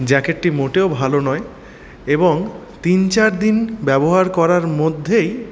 জ্যাকেটটি মোটেও ভালো নয় এবং তিন চারদিন ব্যবহার করার মধ্যেই